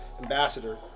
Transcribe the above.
ambassador